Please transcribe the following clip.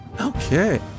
Okay